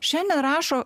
šiandien rašo